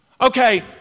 Okay